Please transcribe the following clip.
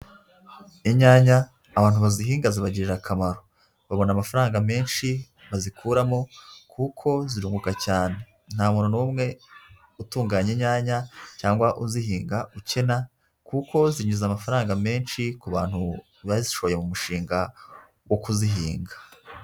Inyanya abantu bazihinga zibagirira akamaro, babona amafaranga menshi bazikuramo, kuko zirunguka cyane nta muntu n'umwe utunganya inyanya cyangwa uzihinga ukena, kuko zinjiza amafaranga menshi ku bantu bazishoye mu mushinga wo kuzihinga.